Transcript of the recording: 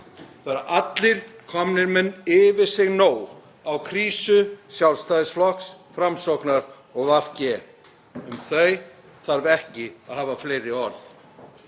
Það eru allir komnir með yfir sig nóg af krísu Sjálfstæðisflokks, Framsóknar og VG. Um þau þarf ekki að hafa fleiri orð.